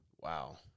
Wow